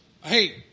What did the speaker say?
Hey –